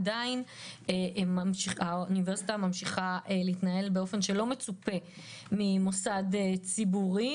עדיין האוניברסיטה ממשיכה להתנהל באופן שלא מצופה ממוסד ציבורי,